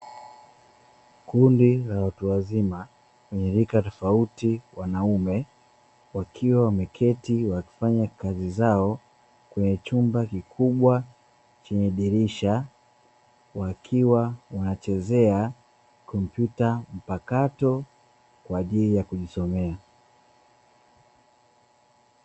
Kundi la watu wazima wenye rika tofauti wanaume, wakiwa wameketi wakifanya kazi zao kwenye chumba kikubwa chenye dirisha, wakiwa wanachezea kompyuta mpakato kwa ajili ya kujisomea.